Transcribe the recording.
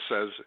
says